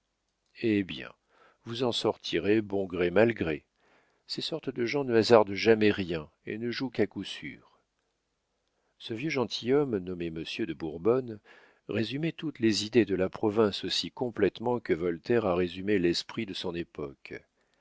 eh bien vous en sortirez bon gré mal gré ces sortes de gens ne hasardent jamais rien et ne jouent qu'à coup sûr ce vieux gentilhomme nommé monsieur de bourbonne résumait toutes les idées de la province aussi complétement que voltaire a résumé l'esprit de son époque